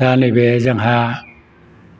दा नैबे जोंहा